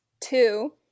two